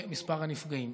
במספר הנפגעים.